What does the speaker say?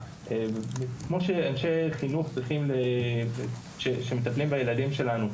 כמו שעוברים אנשי חינוך שמטפלים בילדים שלנו,